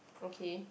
okay